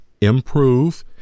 improve